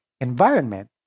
environment